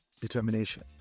determination